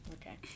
okay